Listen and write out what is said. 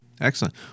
Excellent